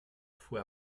fue